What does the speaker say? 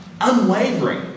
unwavering